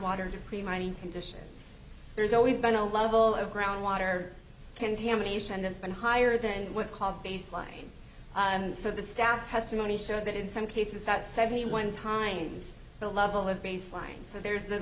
water to clean mine conditions there's always been a level of groundwater contamination that's been higher than what's called baseline and so the staff testimony said that in some cases that's seventy one times the level of baseline so there's the